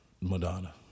Madonna